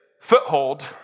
foothold